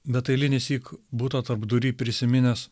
bet eilinį syk buto tarpdury prisiminęs